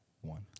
one